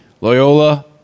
Loyola